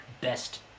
best